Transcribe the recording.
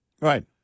right